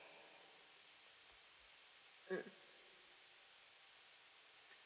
mm